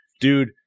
dude